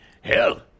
hell